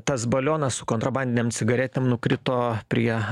tas balionas su kontrabandinėm cigaretėm nukrito prie